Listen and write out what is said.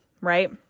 right